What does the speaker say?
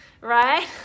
right